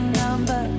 number